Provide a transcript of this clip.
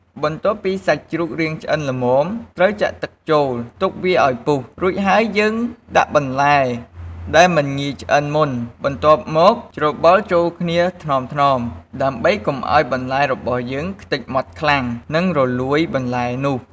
បន្ទាប់ពីសាច់ជ្រូករាងឆ្អិនល្មម ត្រូវចាក់ទឹកចូលទុកវាអោយពុះ រួចហើយយើងដាក់បន្លែដែលមិនងាយឆ្អិនមុន បន្ទាប់មកច្របល់ចូលគ្នាថ្នមៗដើម្បីកុំឲ្យបន្លែរបស់យើងខ្ទេចម៉ត់ខ្លាំងនិងរលួយបន្លែនោះ។